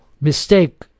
mistake